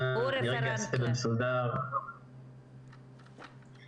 כל הפעילות של זרוע העבודה נמצאת תחת אחריות שלי.